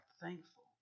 thankful